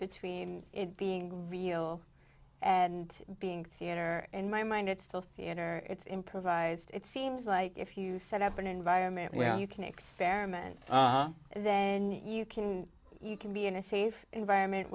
between it being real and being theater in my mind it's all theater it's improvised it seems like if you set up an environment where you can experiment then you can you can be in a safe environment